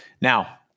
Now